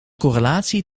correlatie